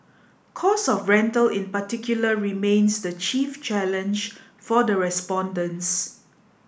cost of rental in particular remains the chief challenge for the respondents